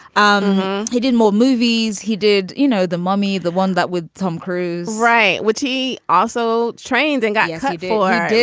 um he did more movies. he did, you know, the mummy, the one that with tom cruise. right. which he also trains and got yeah hired for.